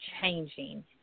changing